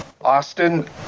Austin